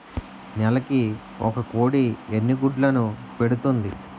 నెలకి ఒక కోడి ఎన్ని గుడ్లను పెడుతుంది?